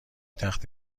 تخت